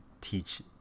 teach